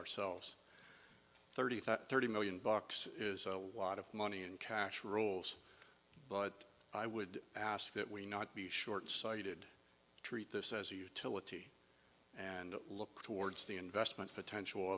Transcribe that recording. ourselves thirty thought thirty million bucks is a lot of money in cash rules but i would ask that we not be short sighted treat this as a utility and look towards the investment potential